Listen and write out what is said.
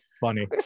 Funny